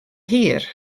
hir